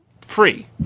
free